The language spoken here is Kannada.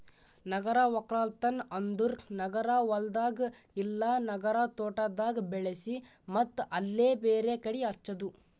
ನಗರ ಒಕ್ಕಲ್ತನ್ ಅಂದುರ್ ನಗರ ಹೊಲ್ದಾಗ್ ಇಲ್ಲಾ ನಗರ ತೋಟದಾಗ್ ಬೆಳಿಸಿ ಮತ್ತ್ ಅಲ್ಲೇ ಬೇರೆ ಕಡಿ ಹಚ್ಚದು